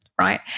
right